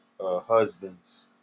husbands